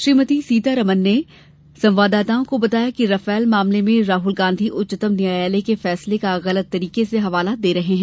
श्रीमती सीतारमण ने संवाददाताओं को बताया कि राफेल मामले में राहल गांधी उच्चतम न्यायालय के फैंसले का गलत तरीके से हवाला दे रहे है